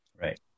Right